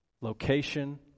Location